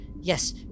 yes